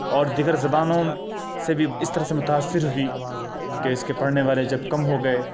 اور دیگر زبانوں سے بھی اس طرح سے متاثر ہوئی کہ اس کے پڑھنے والے جب کم ہوگئے